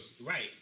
Right